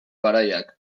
garaiak